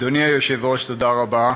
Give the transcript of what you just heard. אדוני היושב-ראש, תודה רבה,